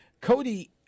Cody